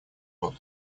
год